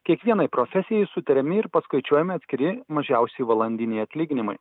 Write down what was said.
kiekvienai profesijai sutariami ir paskaičiuojami atskiri mažiausi valandiniai atlyginimai